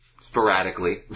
Sporadically